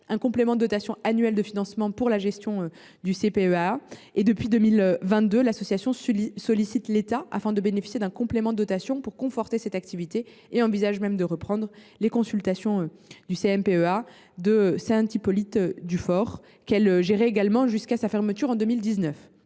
un complément de dotation annuelle de financement pour la gestion du CMPEA et, depuis 2022, elle sollicite l’État afin de bénéficier d’un complément de dotation pour conforter cette activité. Elle envisage même de reprendre les consultations au CMPEA de Saint Hippolyte du Fort, qu’elle gérait également jusqu’à sa fermeture en 2019.